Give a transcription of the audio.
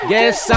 Yes